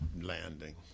landing